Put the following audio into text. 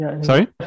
Sorry